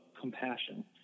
compassion